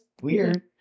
Weird